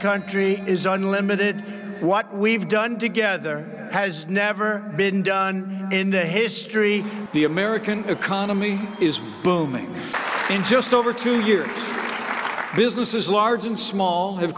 country is unlimited what we've done together has never been done in the history of the american economy is booming in just over two years businesses large and small have